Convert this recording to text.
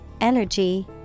energy